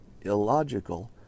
illogical